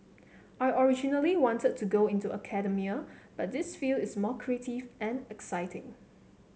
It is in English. I originally wanted to go into academia but this field is more creative and exciting